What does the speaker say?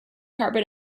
carbon